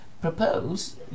propose